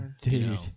dude